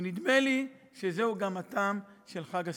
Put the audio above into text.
ונדמה לי שזהו גם הטעם של חג הסיגד.